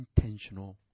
intentional